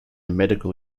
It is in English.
medical